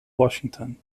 washington